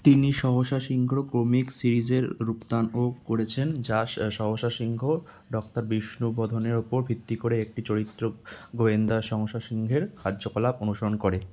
তিনি সহসা সিংহ কমিক সিরিজের রূপদানও করেছেন যা সহসা সিংহ ডাক্তার বিষ্ণুবধনের ওপর ভিত্তি করে একটি চরিত্র গোয়েন্দা সহসা সিংহের কার্যকলাপ অনুসরণ করে